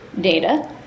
data